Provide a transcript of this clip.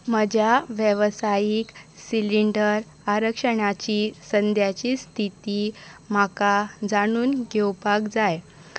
म्हज्या वेवसायीक सिलिंडर आरक्षणाची सद्याची स्थिती म्हाका जाणून घेवपाक जाय